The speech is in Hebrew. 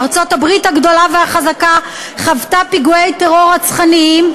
ארצות-הברית הגדולה והחזקה חוותה פיגועי טרור רצחניים.